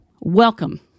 welcome